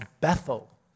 Bethel